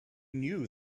knew